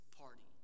party